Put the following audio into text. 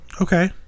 Okay